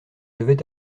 devait